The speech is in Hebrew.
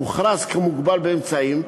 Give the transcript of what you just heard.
הוכרז מוגבל באמצעים,